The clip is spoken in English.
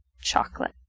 Chocolate